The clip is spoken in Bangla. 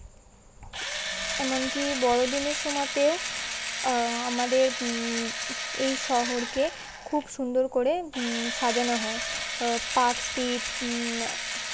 এমনকি বড়োদিনের সময়তেও আমাদের এই শহরকে খুব সুন্দর করে সাজানো হয় পার্ক স্ট্রিট